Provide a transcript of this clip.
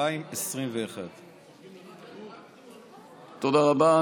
בינואר 2021. תודה רבה.